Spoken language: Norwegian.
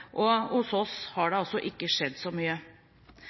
og hos oss har det altså ikke skjedd så mye.